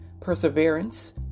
Perseverance